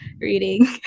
reading